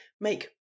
make